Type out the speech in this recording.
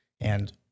and-